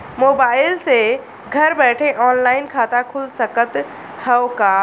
Mobile से घर बैठे ऑनलाइन खाता खुल सकत हव का?